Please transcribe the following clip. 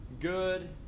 good